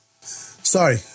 sorry